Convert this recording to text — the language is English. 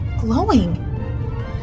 glowing